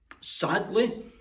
Sadly